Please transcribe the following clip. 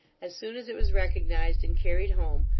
as soon as it was recognised and carried home,